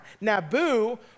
Nabu